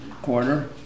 quarter